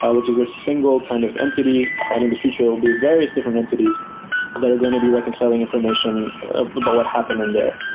which is a single kind of entity. and in the future it will be various different entities that are going to be reconciling information about what happened in there.